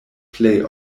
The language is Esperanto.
plej